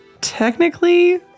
technically